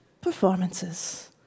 performances